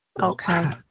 Okay